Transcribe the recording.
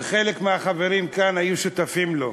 וחלק מהחברים כאן היו שותפים לו,